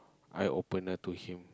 eye opener to him